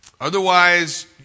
Otherwise